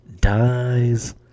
dies